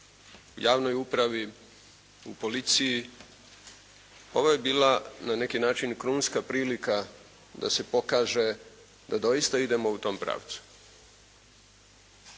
javnoj upravi, policiji ovo je bila na neki način krunska prilika da se pokaže da doista idemo u tom pravcu.